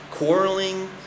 quarreling